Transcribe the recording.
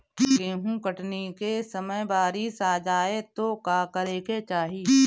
गेहुँ कटनी के समय बारीस आ जाए तो का करे के चाही?